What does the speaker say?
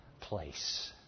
place